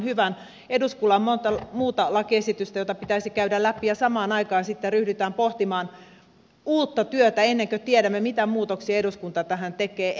eduskunnalla on monta muuta lakiesitystä joita pitäisi käydä läpi ja samaan aikaan sitten ryhdytään pohtimaan uutta työtä ennen kuin tiedämme mitä muutoksia eduskunta tähän tekee